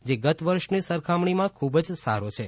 જે ગત વર્ષ ની સરખામણી માં ખૂબ જ સારો છે